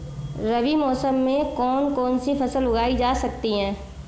रबी मौसम में कौन कौनसी फसल उगाई जा सकती है?